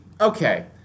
Okay